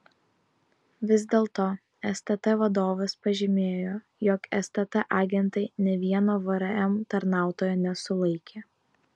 vis dėlto stt vadovas pažymėjo jog stt agentai nė vieno vrm tarnautojo nesulaikė